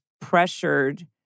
pressured